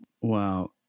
Wow